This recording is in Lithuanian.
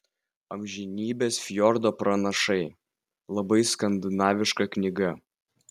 amžinybės fjordo pranašai labai skandinaviška knyga